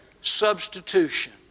substitution